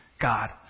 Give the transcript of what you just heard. God